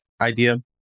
idea